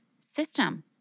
system